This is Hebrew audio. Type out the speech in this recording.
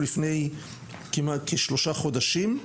לפני כמעט שלושה חודשים,